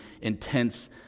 intense